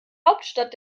hauptstadt